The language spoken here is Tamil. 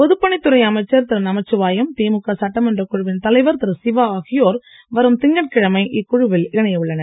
பொதுப்பணித் துறை அமைச்சர் திரு நமச்சிவாயம் திமுக சட்டமன்ற குழுவின் தலைவர் திரு சிவா ஆகியோர் வரும் திங்கட்கிழமை இக்குழுவில் இணைய உள்ளனர்